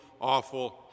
awful